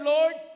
Lord